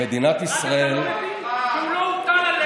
מדינת ישראל היא לא עוד, הוא לא הוטל עליך.